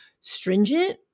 stringent